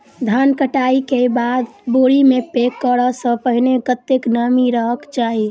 धान कटाई केँ बाद बोरी मे पैक करऽ सँ पहिने कत्ते नमी रहक चाहि?